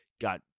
got